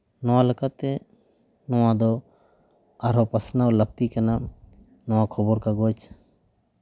ᱱᱚᱣᱟ ᱞᱮᱠᱟᱛᱮ ᱱᱚᱣᱟ ᱫᱚ ᱟᱨᱦᱚᱸ ᱯᱟᱥᱱᱟᱣ ᱞᱟᱹᱠᱛᱤ ᱠᱟᱱᱟ ᱱᱚᱣᱟ ᱠᱷᱚᱵᱚᱨ ᱠᱟᱜᱚᱡᱽ